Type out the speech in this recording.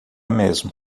mesmo